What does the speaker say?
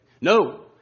No